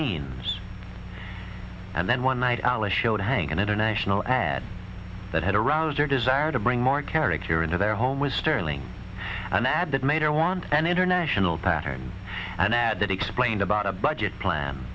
means and then one night alice showed hang an international ad that had aroused their desire to bring more character into their home with sterling and add that made her want an international pattern an ad that explained about a budget plan